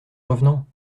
revenant